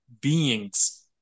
beings